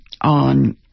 on